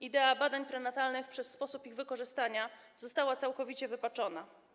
Idea badań prenatalnych przez sposób ich wykorzystania została całkowicie wypaczona.